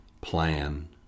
plan